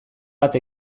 bat